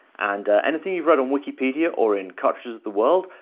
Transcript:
and anything you've read on wikipedia or in cartridges of the world,